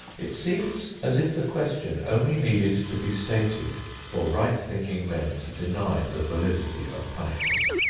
it seems as if the question only needed to be stated for right-thinking men to deny the validity of punishment.